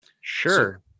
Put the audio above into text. Sure